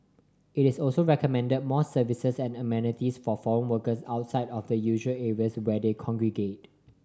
it is also recommended more services and amenities for form workers outside of the usual areas where they congregate